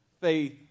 faith